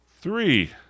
Three